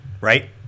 right